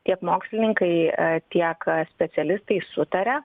tiek mokslininkai tiek specialistai sutaria